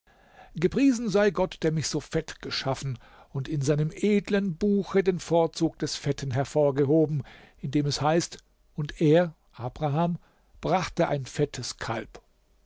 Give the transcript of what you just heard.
gepriesen sei gott der mich so fett geschaffen und in seinem edlen buche den vorzug des fetten hervorgehoben indem es heißt und er abraham brachte ein fettes kalb